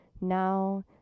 Now